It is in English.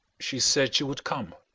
she said she would come.